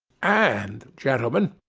and, gentlemen,